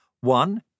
one